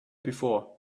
before